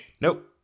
Nope